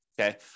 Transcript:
okay